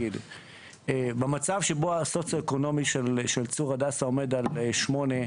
כשהמצב הסוציו-אקונומי של צור הדסה עומד על 8,